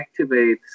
activates